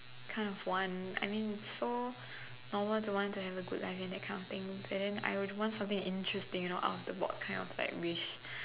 kind of want I mean so normal to want to have a good life and that kind of things and then I would want some interesting you know out of the box kind of like wish